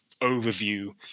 overview